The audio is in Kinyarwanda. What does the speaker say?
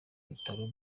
bitaro